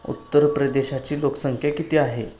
उत्तर प्रदेशाची लोकसंख्या किती आहे